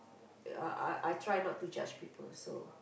I I I try not to judge people so